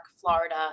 Florida